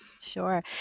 Sure